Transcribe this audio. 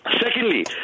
Secondly